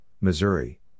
Missouri